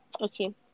Okay